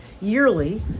yearly